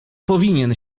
powinien